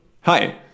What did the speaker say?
Hi